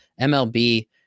mlb